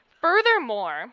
Furthermore